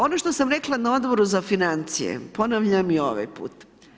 Ono što sam rekla na Odboru za financije, ponavljam i ovaj put.